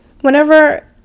whenever